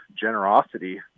generosity